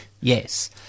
Yes